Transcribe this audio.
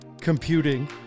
Computing